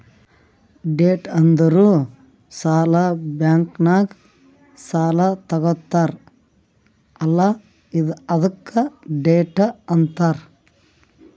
debt ಅಂದುರ್ ಸಾಲ, bank ನಾಗ್ ಸಾಲಾ ತಗೊತ್ತಾರ್ ಅಲ್ಲಾ ಅದ್ಕೆ ಡೆಟ್ ಅಂತಾರ್